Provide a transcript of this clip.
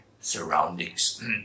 surroundings